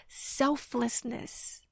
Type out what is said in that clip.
selflessness